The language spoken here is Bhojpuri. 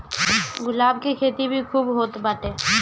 गुलाब के खेती भी खूब होत बाटे